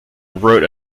wrote